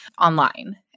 online